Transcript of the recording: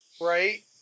right